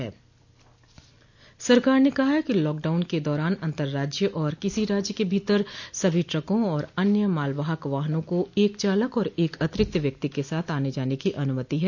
सरकार ने कहा है कि लॉकडाउन के दौरान अंतराज्य और किसी राज्य के भीतर सभी ट्रकों और अन्य मालवाहक वाहनों को एक चालक और एक अतिरिक्त व्यक्ति के साथ आने जाने की अनुमति है